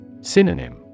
Synonym